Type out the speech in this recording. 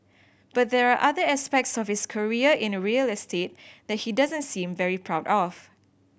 but there are other aspects of his career in a real estate that he doesn't seem very proud of